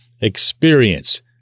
experience